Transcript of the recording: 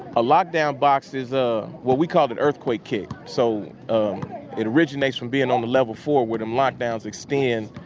a lockdown box is. ah well, we call it an earthquake kit. so it originates from being on the level four where them lockdowns extend.